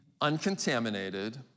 uncontaminated